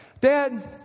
Dad